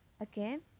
again